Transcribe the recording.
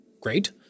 Great